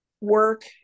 work